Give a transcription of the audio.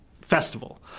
festival